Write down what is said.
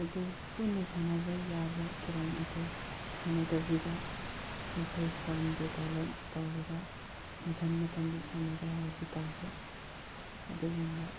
ꯑꯗꯨ ꯄꯨꯟꯅ ꯁꯥꯟꯅꯕ ꯌꯥꯕ ꯀꯦꯔꯣꯝ ꯑꯗꯨ ꯁꯥꯟꯅꯗꯕꯤꯗ ꯃꯈꯣꯏ ꯐꯣꯟꯗ ꯗꯥꯎꯂꯣꯠ ꯇꯧꯔꯒ ꯃꯊꯟ ꯃꯊꯟꯇ ꯁꯥꯟꯅꯔꯦ ꯍꯧꯖꯤꯛꯀꯥꯟꯗꯤ ꯑꯗꯨꯒꯨꯝꯕ